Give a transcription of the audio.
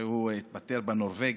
הרי הוא התפטר בנורבגי,